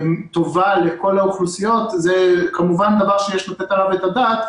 טובה לכל האוכלוסיות זה כמובן דבר שיש לתת עליו את הדעת.